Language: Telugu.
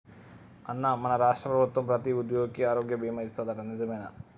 అన్నా మన రాష్ట్ర ప్రభుత్వం ప్రతి ఉద్యోగికి ఆరోగ్య బీమా ఇస్తాదట నిజమేనా